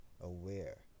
aware